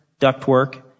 ductwork